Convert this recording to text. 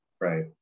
Right